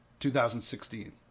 2016